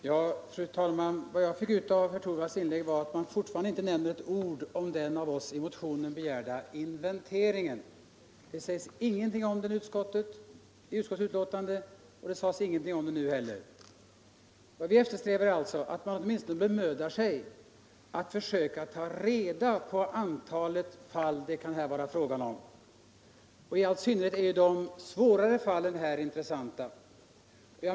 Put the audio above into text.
Fru talman! Vad jag fick ut av herr Torwalds inlägg var att det inte nämns ett ord om den av oss i motionen begärda inventeringen i utskottsbetänkandet, och det sades ingenting om den nu heller. Vad vi eftersträvar är att man åtminstone bemödar sig att försöka ta reda på antalet fall det här kan vara fråga om. I all synnerhet är de svårare fallen intressanta.